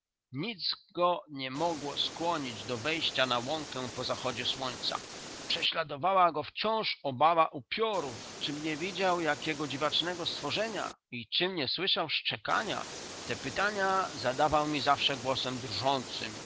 nic go nie mogło skłonić do wejścia na łąkę po zachodzie słońca prześladowała go wciąż obawa upiorów i pytał mnie nieraz czym nie widział jakiego dziwacznego stworzenia i czym nie słyszał szczekania te pytania zadawał mi zawsze głosem drżącym